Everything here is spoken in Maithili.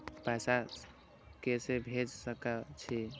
पैसा के से भेज सके छी?